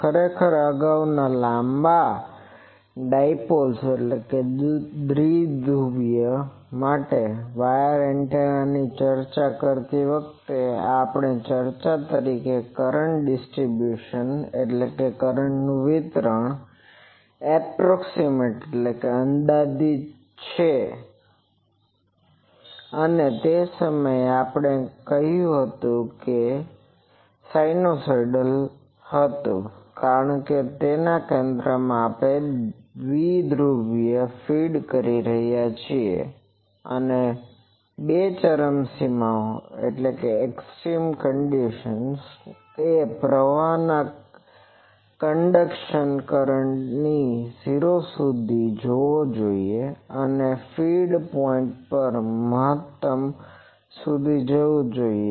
ખરેખર અગાઉ લાંબા ડાઇપોલ્સdipoleદ્વીધ્રુવી માટે વાયર એન્ટેનાની ચર્ચા કરતી વખતે આપણે ચર્ચા કરીકે કરંટ ડિસ્ટરીબ્યુસન distribution વિતરણ એપ્રોક્સીમેટ approximate અંદાજીત છે અને તે સમયે આપણે કહ્યું હતું કે તે સિનુસાઇડલ હતું કારણ કે જો આપણે કેન્દ્રમાં દ્વિધ્રુવીને ફીડ કરીએ છીએ અને બે ચરમસીમાઓએ પ્રવાહ કંડક્સન કરંટ ઝિરો સુધી જવો જોઈએ અને ફીડ પોઇન્ટ પર મહત્તમ સુધી જવું જોઈએ